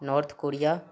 north Korea